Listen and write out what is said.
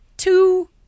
Two